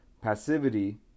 Passivity